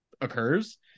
occurs